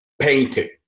painting